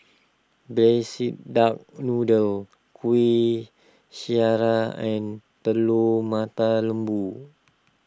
Braised Duck Noodle Kueh Syara and Telur Mata Lembu